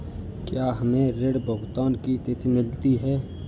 क्या हमें ऋण भुगतान की तिथि मिलती है?